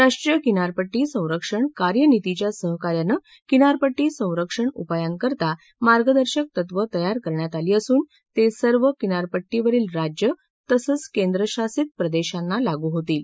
राष्ट्रीय किनारपट्टी संरक्षण कार्यनितीच्या सहकार्यानं किनारपट्टी संरक्षण उपायांकरिता मार्गदर्शक तत्व तयार करण्यात आली असून ते सर्व किनारपट्टीवरील राज्य तसंच केंद्रशासित प्रदेशांना लागू होतील